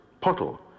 Pottle